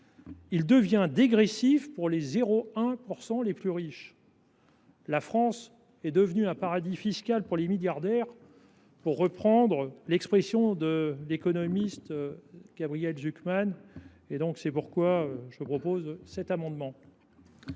il devient dégressif pour les 0,1 % les plus riches. La France est devenue « un paradis fiscal pour les milliardaires », pour reprendre l’expression de l’économiste Gabriel Zucman. C’est la raison pour laquelle nous proposons cet amendement.